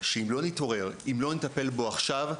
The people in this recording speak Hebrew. שאם לא נתעורר ולא נטפל בו עכשיו,